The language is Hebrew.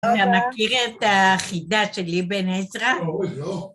אתה מכיר את החידה של אבן עזרא?